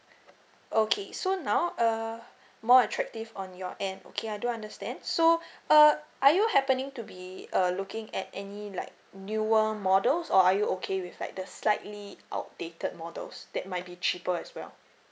okay so now err more attractive on your end okay I do understand so err are you happening to be uh looking at any like newer models or are you okay with like the slightly outdated models that might be cheaper as well